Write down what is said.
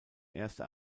erste